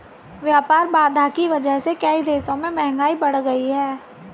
व्यापार बाधा की वजह से कई देशों में महंगाई बढ़ गयी है